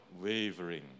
wavering